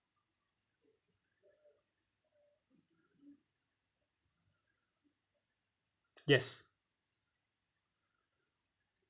yes